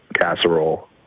casserole